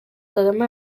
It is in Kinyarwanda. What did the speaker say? kagame